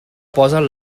posen